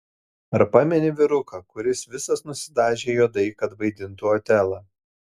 ar pameni vyruką kuris visas nusidažė juodai kad vaidintų otelą